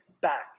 back